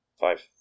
Five